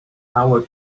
our